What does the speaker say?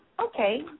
Okay